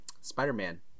Spider-Man